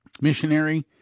missionary